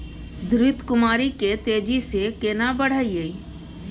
घृत कुमारी के तेजी से केना बढईये?